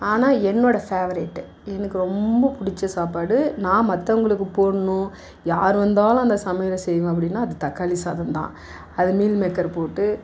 ஆனால் என்னோடய ஃபேவரட்டு எனக்கு ரொம்ப பிடிச்ச சாப்பாடு நான் மற்றவங்களுக்கு போடணும் யார் வந்தாலும் அந்த சமையலை செய்வேன் அப்படின்னா அது தக்காளி சாதம் தான் அது மீல் மேக்கர் போட்டு